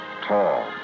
Tall